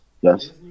Yes